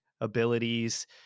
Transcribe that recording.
abilities